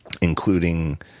including